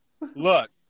Look